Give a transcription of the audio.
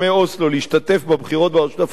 להשתתף בבחירות ברשות הפלסטינית,